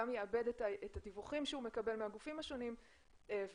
גם יעבד את הדיווחים שהוא מקבל מהגופים השונים ויביא